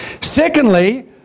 Secondly